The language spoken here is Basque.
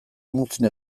muzin